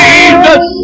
Jesus